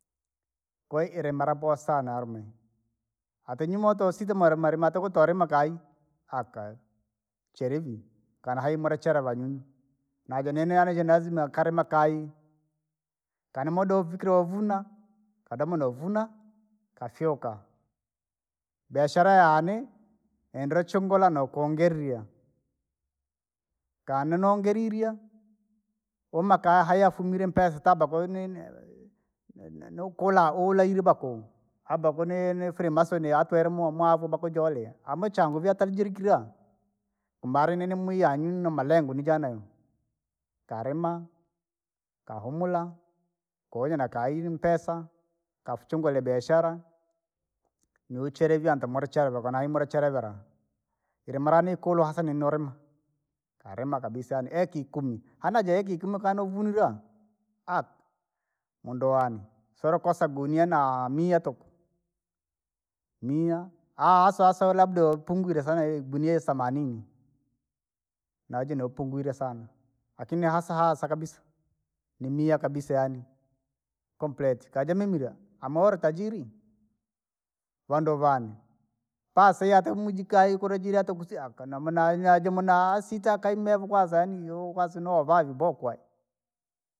Kwaire marabou sana arume, atinyemoto usite mali mali mali matiko tolima kai. cherevie, kanahai mula chele avanyunyi, naja nini yaani ji nazi neakalima kai, kana mudovi kilauvuna, kadoma nouvuna, kafyuka. Biashara yane! Yendera uchungura naukongirie, kana noongerirye, umaka hayafumile mpesa taba koinini neukula ulaile bakungu, abakungu ni- ni yatwele mu- mwavo bakujolia, amachangu viatajirikira, umali nini muyani namalengo nijanene. Kaliama, kahumula, kouje nakaili mpesa, kakuchungula ibiashara, nuchile ivyanta mulichala vakanihimula chele vala. ilimalani kulwa hasa nini ulima, kalima kabisa yaani eka ikumi, hana ja eki ikumi kana jouvunile, mundu wane, solokosa gunia naa mia tuku. Mia haswa haswa labda youpunguire sana igunia isemanini, naji nupungwile sana. Lakini hasa hasa kabisa, ni mia kabisa yaani, kaja mimilya amauli tajiri, vandu vane, pasi yaate mujika ikula jiri tuku si akanamuna nyajimo nasita kaimyevo kwanza yaani yoo kwanza novaa viboko.